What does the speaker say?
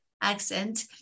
accent